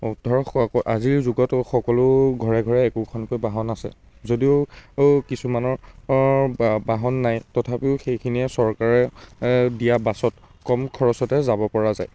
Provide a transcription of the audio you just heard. ধৰক আজিৰ যুগতো সকলো ঘৰে ঘৰে একোখনকৈ বাহন আছে যদিও কিছুমানৰ বাহন নাই তথাপিও সেইখিনিয়ে চৰকাৰে দিয়া পাছত কম খৰচতে যাব পৰা যায়